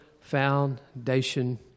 foundation